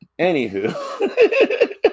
Anywho